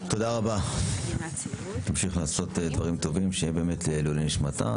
תודה רבה, תמשיך לעשות דברם טובים לעילוי נשמתה.